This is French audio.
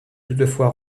toutefois